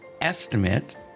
estimate